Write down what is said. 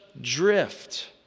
drift